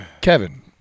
Kevin